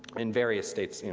in various states,